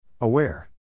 Aware